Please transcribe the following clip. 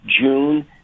June